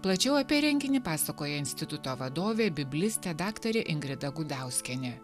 plačiau apie renginį pasakoja instituto vadovė biblistė daktarė ingrida gudauskienė